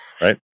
right